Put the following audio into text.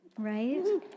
right